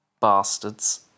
Bastards